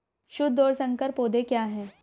शुद्ध और संकर पौधे क्या हैं?